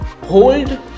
hold